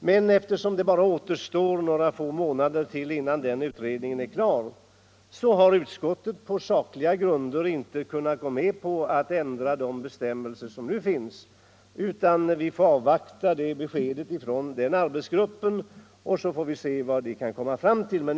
Men eftersom det bara återstår några få månader innan utredningen är klar har utskottet på sakliga grunder inte kunnat gå med på att ändra de bestämmelser som nu finns, utan vi får avvakta besked från utredningen och se vad man kommit fram till.